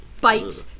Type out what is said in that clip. bites